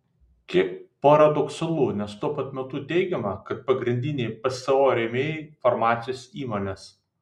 kiek paradoksalu nes tuo pat metu teigiama kad pagrindiniai pso rėmėjai farmacijos įmonės